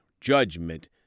judgment